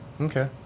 okay